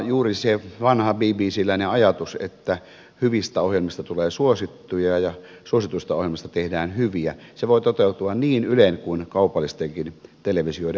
juuri se vanha bbcläinen ajatus että hyvistä ohjelmista tulee suosittuja ja suosituista ohjelmista tehdään hyviä voi toteutua niin ylen kuin kaupallisenkin television puolella